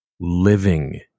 living